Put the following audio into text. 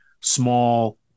small